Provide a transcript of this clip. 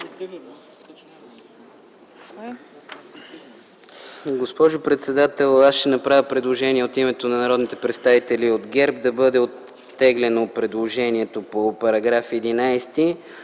Госпожо председател, ще направя предложение от името на народните представители от ГЕРБ - да бъде оттеглено предложението по § 11.